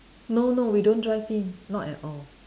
no no we don't drive in not at all